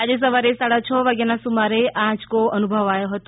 આજે સવારે સાડા છ વાગ્યાના સુમારે આ આચંકો અનુભવાયો હતો